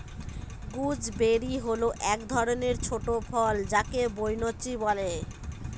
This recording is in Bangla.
গুজবেরি হল এক ধরনের ছোট ফল যাকে বৈনচি বলে